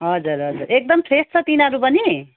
हजुर हजुर एकदम फ्रेस छ तिनीहरू पनि